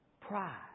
Pride